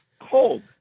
cold